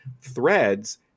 threads